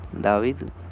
David